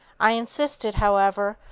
i insisted, however,